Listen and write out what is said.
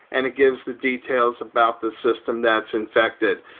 and it gives the details about the system that's infected.